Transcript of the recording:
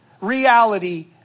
reality